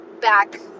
back